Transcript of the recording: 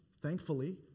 Thankfully